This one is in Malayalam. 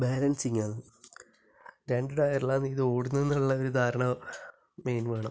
ബാലന്സിങ്ങാണ് രണ്ടു ടയറിലാണ് ഇത് ഓടുന്നത് എന്നുള്ള ഒരു ധാരണ മെയിൻ വേണം